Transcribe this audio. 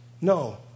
No